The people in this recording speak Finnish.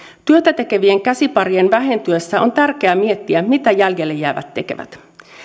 työtä tekevien käsiparien vähentyessä on tärkeää miettiä mitä jäljelle jäävät tekevät